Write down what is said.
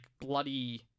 bloody